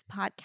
podcast